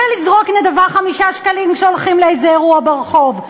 קל לזרוק נדבה 5 שקלים כשהולכים לאיזה אירוע ברחוב.